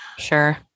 sure